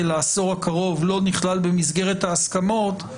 לעשור הקרוב לא נכלל במסגרת ההסכמות,